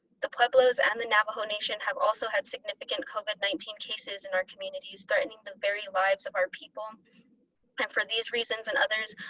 the pueblos and the navajo nation have also had significant covid nineteen cases in our communities, threatening the very lives of our people. and for these reasons and others,